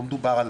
לא מדובר על